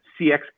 CX